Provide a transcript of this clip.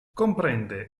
comprende